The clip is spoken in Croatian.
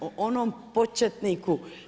O onom početniku.